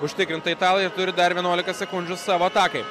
užtikrintai italai ir turi dar vienuoliką sekundžių savo atakai